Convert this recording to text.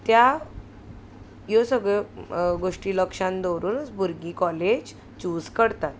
त्या ह्यो सगळ्यो गोश्टी लक्षान दवरूनच भुरगीं कॉलेज चूज करतात